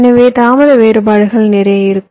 எனவே தாமத வேறுபாடுகள் நிறைய இருக்கும்